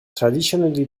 traditionally